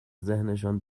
ذهنشان